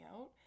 out